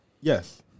Yes